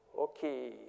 Okay